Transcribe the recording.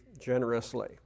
generously